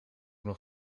nog